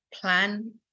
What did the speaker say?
plan